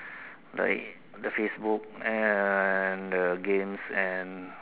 like the Facebook and the games and